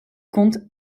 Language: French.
compte